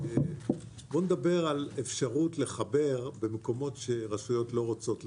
בואו נדבר על אפשרות לחבר במקומות שרשויות לא רוצות לחבר.